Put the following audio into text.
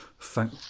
thank